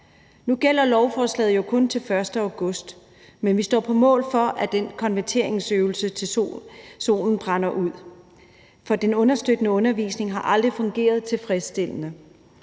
Nu gælder lovforslaget jo kun til den 1. august, men vi står på mål for den konverteringsøvelse, til solen brænder ud. For den understøttende undervisning har aldrig fungeret tilfredsstillende.